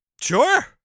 Sure